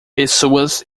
pessoas